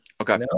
okay